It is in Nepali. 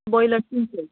ब्रोइलर तिन सय